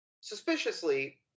Suspiciously